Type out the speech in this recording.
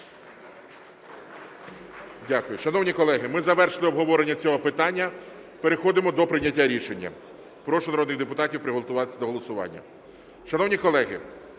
Дякую. Шановні колеги, ми завершили обговорення цього питання. Переходимо до прийняття рішення. Прошу народних депутатів приготуватися до голосування.